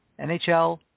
NHL